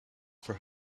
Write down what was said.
for